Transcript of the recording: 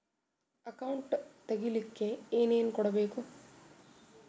Account ತೆಗಿಲಿಕ್ಕೆ ಏನೇನು ಕೊಡಬೇಕು?